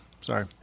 Sorry